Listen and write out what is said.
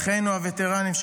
אחינו הווטרנים,